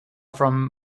from